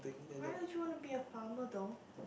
why would you want to be a farmer though